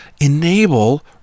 enable